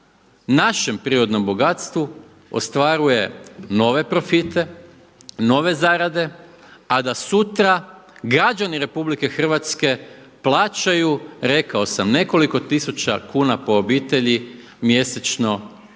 našem prirodnom bogatstvu ostvaruje nove profite, nove zarade, a da sutra građani Republike Hrvatske plaćaju rekao sam nekoliko tisuća kuna po obitelji mjesečno ili